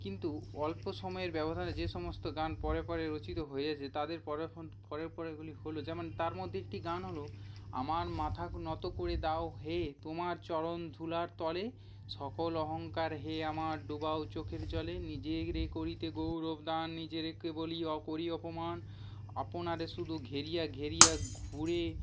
কিন্তু অল্প সময়ের ব্যবধানে যে সমস্ত গান পরে পরে রচিত হয়েছে তাদের পর এখন পরের পরেরগুলি হলো যেমন তার মধ্যে একটি গান হলো আমার মাথা নত করে দাও হে তোমার চরণধুলার তলে সকল অহংকার হে আমার ডোবাও চোখের জলে নিজেরে করিতে গৌরবদান নিজেরেকে বলি অ করি অপমান আপনারে শুধু ঘেরিয়া ঘেরিয়া ঘুরে